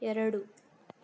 ಎರಡು